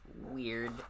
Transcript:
Weird